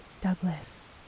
Douglas